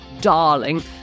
darling